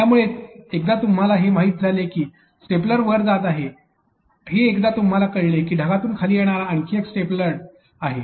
त्यामुळे एकदा का तुम्हाला हे माहीत झाले की स्टेपलडर वर जात आहे हे एकदा तुम्हाला कळले की ढगातून खाली येणारी आणखी एक स्टेपलडर आहे